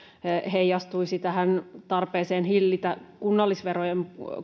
ne heijastuisivat tarpeeseen hillitä kunnallisverojen